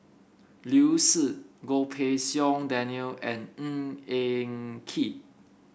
Liu Si Goh Pei Siong Daniel and Ng Eng Kee